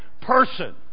person